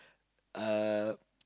uh